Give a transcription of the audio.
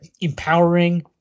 empowering